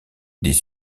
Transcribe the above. des